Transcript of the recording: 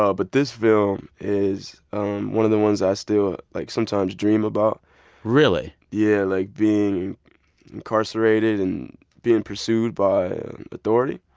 ah but this film is one of the ones that i still, like, sometimes dream about really? yeah, like, being incarcerated and being pursued by authority